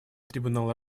трибунал